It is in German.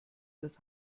das